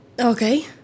Okay